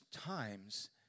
times